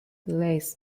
lace